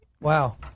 Wow